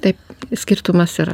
taip skirtumas yra